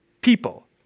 people